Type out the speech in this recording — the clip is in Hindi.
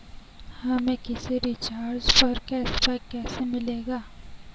हमें किसी रिचार्ज पर कैशबैक कैसे मिलेगा?